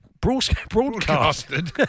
Broadcasted